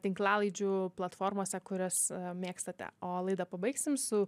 tinklalaidžių platformose kurias mėgstate o laidą pabaigsim su